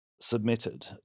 submitted